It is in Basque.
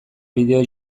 bideo